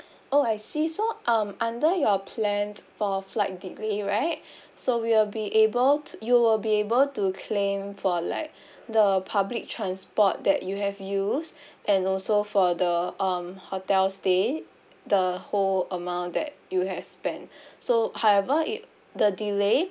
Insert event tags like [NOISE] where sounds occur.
oh I see so um under your plan for flight delay right [BREATH] so we'll be able to you will be able to claim for like [BREATH] the public transport that you have used [BREATH] and also for the um hotel stay the whole amount that you have spent [BREATH] so however it the delay